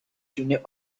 junior